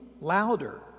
louder